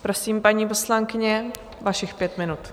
Prosím, paní poslankyně, vašich pět minut.